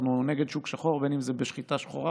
אנחנו נגד שוק שחור בין אם זה בשחיטה שחורה,